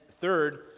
Third